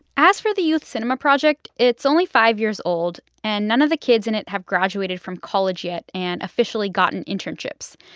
as for the youth cinema project, it's only five years old, and none of the kids in it have graduated from college yet and officially gotten internships.